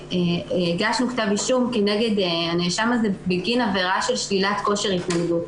הגשנו כתב אישום כנגד הנאשם הזה בגין עבירה של שלילת כושר התנגדות.